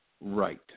right